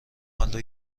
حالا